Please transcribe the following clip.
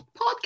podcast